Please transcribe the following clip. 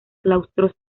claustros